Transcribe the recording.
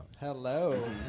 Hello